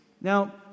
Now